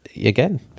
again